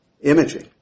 imaging